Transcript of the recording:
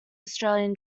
australian